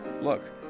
Look